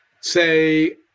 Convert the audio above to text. say